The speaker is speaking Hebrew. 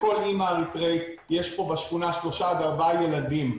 לכל אמא אריתריאית יש פה בשכונה שלושה עד ארבעה ילדים.